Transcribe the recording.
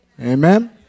Amen